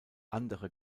andere